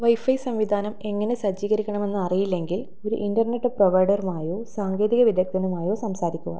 wifi സംവിധാനം എങ്ങനെ സജ്ജീകരിക്കണമെന്ന് അറിയില്ലെങ്കിൽ ഒരു ഇൻ്റർനെറ്റ് പ്രൊവൈഡറുമായോ സാങ്കേതിക വിദഗ്ധനുമായോ സംസാരിക്കുക